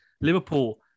Liverpool